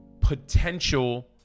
potential